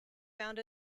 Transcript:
found